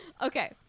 Okay